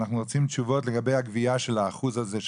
אנחנו רוצים תשובות לגבי הגבייה של האחוז הזה,